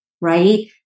right